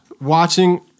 watching